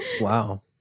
wow